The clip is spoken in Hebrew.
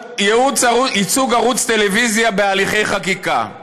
ייצוג ערוץ טלוויזיה בהליכי חקיקה,